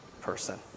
person